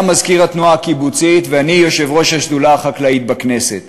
מזכיר התנועה הקיבוצית ואני יושב-ראש השדולה החקלאית בכנסת.